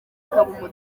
akaba